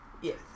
Yes